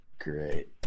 Great